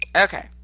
Okay